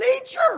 nature